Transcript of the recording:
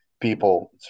people